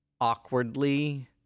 awkwardly